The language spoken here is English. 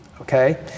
okay